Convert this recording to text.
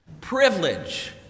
privilege